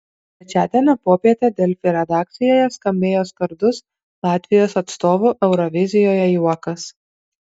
trečiadienio popietę delfi redakcijoje skambėjo skardus latvijos atstovų eurovizijoje juokas